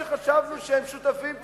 ממשלה שחשבנו שהם שותפים טבעיים.